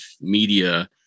media